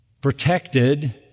protected